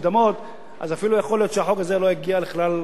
להיות שהחוק הזה לא יגיע לכלל הבשלה וסיום,